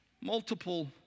multiple